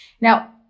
Now